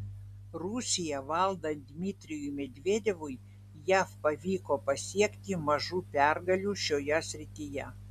rusiją valdant dmitrijui medvedevui jav pavyko pasiekti mažų pergalių šioje srityje